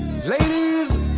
Ladies